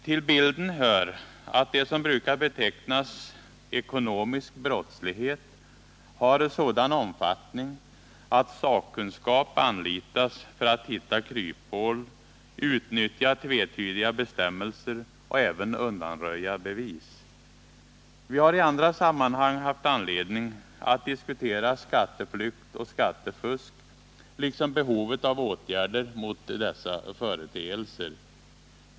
Till bilden hör att det som brukar betecknas ekonomisk brottslighet har sådan omfattning att sakkunskap anlitas för att hitta kryphål, utnyttja tvetydiga bestämmelser och även undanröja bevis. Vi har i andra sammanhang haft anledning att diskutera skatteflykt och skattefusk liksom behovet av åtgärder mot dessa företeelser.